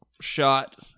shot